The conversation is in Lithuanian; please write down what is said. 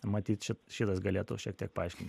matyt ši šitas galėtų šiek tiek paaiškint